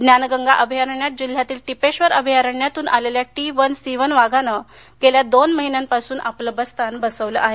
ज्ञानगंगा अभयारण्यात जिल्ह्यातील टीपेश्वर अभयारण्यातून आलेल्या टी वन सी वन वाघाने गेल्या दोन महिन्यापासून आपले बस्तान बसवले आहे